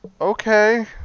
Okay